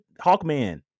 Hawkman